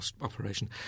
operation